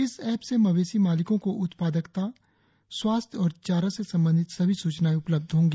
इस ऐप से मवेशी मालिकों को उत्पादकता स्वास्थ्य और चारा से संबंधित सभी सुचनाएं उपलब्ध होंगी